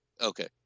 Okay